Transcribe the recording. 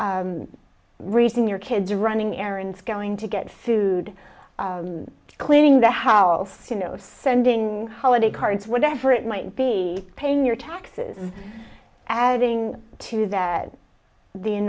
raising your kids running errands going to get food cleaning the house you know sending holiday cards whatever it might be paying your taxes and adding to that the